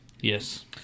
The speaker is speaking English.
yes